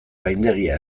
gaindegia